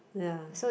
ya